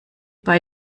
bei